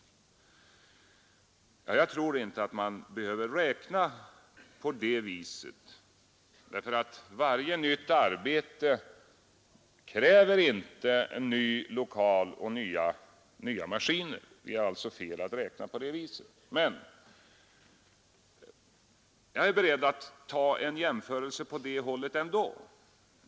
Jag tror inte att man behöver räkna på det viset, därför att varje nytt arbete kräver inte ny lokal och nya maskiner, Det är alltså fel att räkna på det viset, men jag är beredd att göra en jämförelse på det hållet ändå.